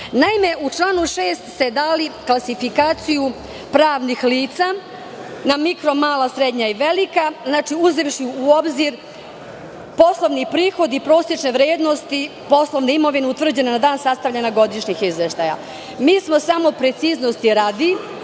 u članu 6. ste dali klasifikaciju pravnih lica na mikro mala, srednja i velika, uzevši u obzir poslovni prihod i prosečne vrednosti poslovne imovine utvrđene na dan sastavljanja godišnjih izveštaja. Mi smo samo, preciznosti radi,